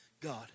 God